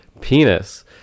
penis